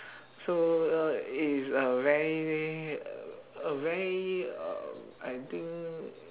so uh it is a very a a very uh I think